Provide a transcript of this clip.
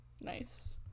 Nice